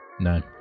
No